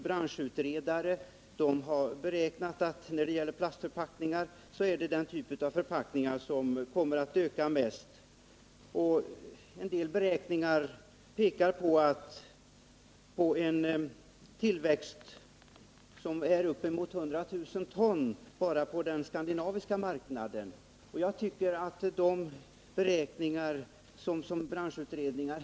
Branschutredare menar att plastförpackningar är den typ av förpackningar som kommer att öka mest i användning. En del beräkningar pekar på en tillväxt på uppemot 100 000 ton bara på den skandinaviska marknaden under en femårsperiod. Jag tycker att man skall ta hänsyn till dessa beräkningar.